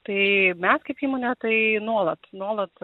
tai mes kaip įmonė tai nuolat nuolat